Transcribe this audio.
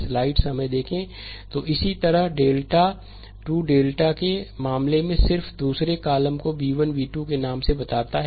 slide समय देखें 0505तो इसी तरह डेल्टा 2 डेल्टा2 के मामले में सिर्फ दूसरे कॉलम को b 1 b 2 के नाम से बताता है